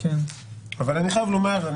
אבל אני חייב לומר,